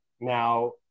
now